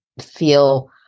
feel